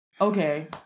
okay